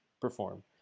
perform